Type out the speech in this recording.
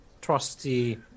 trusty